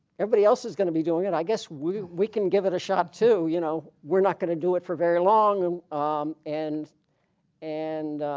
everybody else is going to be doing it i guess we we can give it a shot you know we're not going to do it for very long um um and and